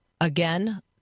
again